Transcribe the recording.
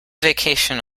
vacation